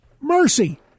Mercy